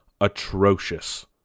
atrocious